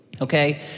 okay